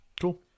Cool